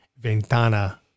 Ventana